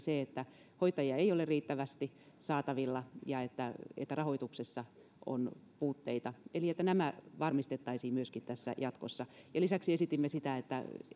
siihen että hoitajia ei ole riittävästi saatavilla ja että että rahoituksessa on puutteita niin että nämä varmistettaisiin jatkossa lisäksi esitimme sitä että